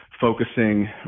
focusing